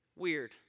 weird